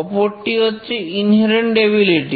অপরটি হচ্ছে inherent ability